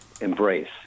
embrace